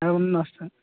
అవును మాస్టర్